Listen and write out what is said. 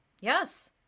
Yes